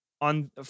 on